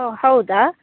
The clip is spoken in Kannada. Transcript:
ಓಹ್ ಹೌದಾ